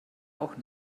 auch